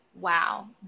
wow